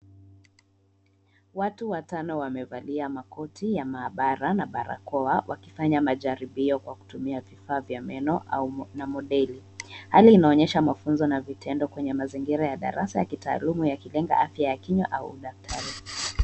Watu watano wamevalia makoti ya maabara na barakoa wakifanya majaribio kwa kutumia vifaa vya meno au- na modeli. Hali inaonyesha mafunzo na vitendo kwenye mazingira ya darasa ya kitaaluma yakilenga afya ya kinywa au udakatari.